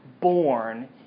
born